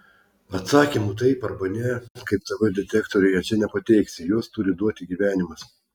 atsakymų taip arba ne kaip tv detektoriuje čia nepateiksi juos turi duoti gyvenimas